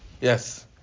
Yes